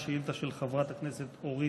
שאילתה של חברת הכנסת אורית